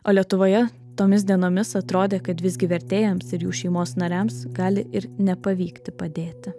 o lietuvoje tomis dienomis atrodė kad visgi vertėjams ir jų šeimos nariams gali ir nepavykti padėti